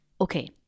Okay